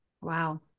Wow